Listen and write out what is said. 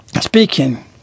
speaking